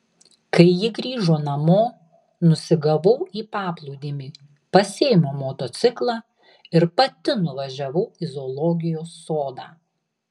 kai ji grįžo namo nusigavau į paplūdimį pasiėmiau motociklą ir pati nuvažiavau į zoologijos sodą